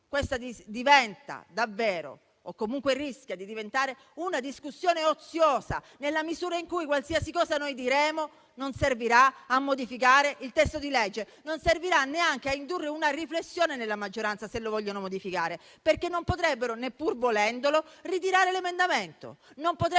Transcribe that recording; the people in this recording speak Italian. ma diventa o rischia di diventare una discussione oziosa, nella misura in cui qualsiasi cosa noi diremo non servirà a modificare il testo di legge, non servirà neanche a indurre una riflessione nella maggioranza, se lo vogliono modificare, perché non potrebbero ritirare l'emendamento neppur